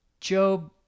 Job